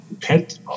pet